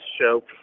show